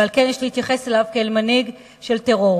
ועל כן יש להתייחס אליו כאל מנהיג של טרור.